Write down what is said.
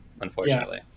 unfortunately